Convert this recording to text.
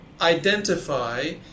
identify